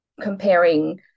comparing